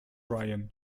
ryan